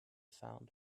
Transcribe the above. found